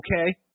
okay